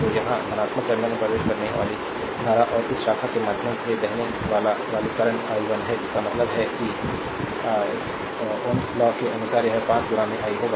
तो यहां धनात्मक टर्मिनल में प्रवेश करने वाली धारा और इस शाखा के माध्यम से बहने वाली करंट i 1 है इसका मतलब है कि its लॉ के अनुसार यह 5 i होगा